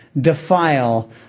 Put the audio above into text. defile